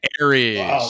aries